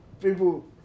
People